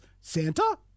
Santa